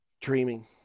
Dreaming